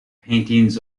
paintings